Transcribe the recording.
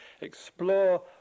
explore